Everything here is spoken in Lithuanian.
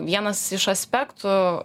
vienas iš aspektų